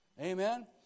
Amen